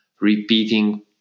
repeating